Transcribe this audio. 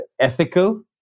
ethical